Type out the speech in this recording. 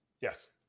Yes